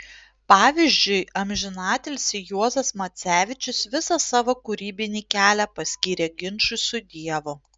pavyzdžiui amžinatilsį juozas macevičius visą savo kūrybinį kelią paskyrė ginčui su dievu